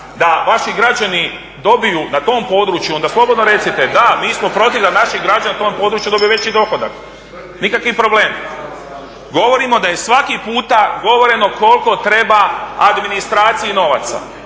da vaši građani dobiju na tom području, onda slobodno recite, da, mi smo protiv da naši građani na tom području dobiju veći dohodak. Nikakav problem. Govorimo da je svaki puta govoreno koliko treba administraciji novaca.